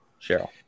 Cheryl